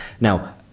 Now